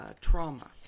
trauma